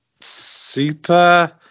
super